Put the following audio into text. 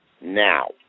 now